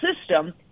system